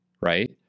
Right